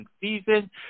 season